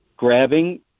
grabbing